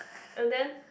and then